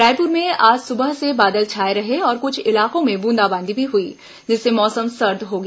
रायपुर में आज सुबह से बादल छाए रहे और कुछ इलाकों में ब्रंदाबांदी भी हुई जिससे मौसम सर्द हो गया